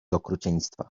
okrucieństwa